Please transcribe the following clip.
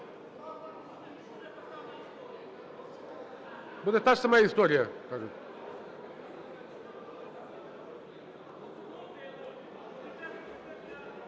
Буде та ж сама історія,